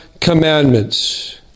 commandments